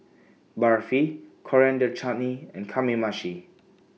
Barfi Coriander Chutney and Kamameshi